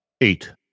Eight